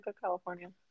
California